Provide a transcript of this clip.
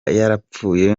yarapfuye